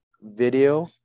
video